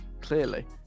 clearly